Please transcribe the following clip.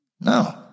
No